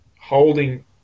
holding